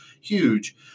huge